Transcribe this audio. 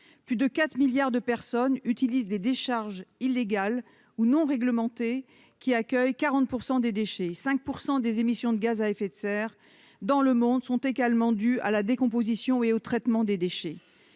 Plus de 4 milliards de personnes utilisent des décharges illégales ou non réglementées, qui accueillent 40 % des déchets. Et 5 % des émissions de gaz à effet de serre dans le monde sont dues à la décomposition et au traitement des déchets.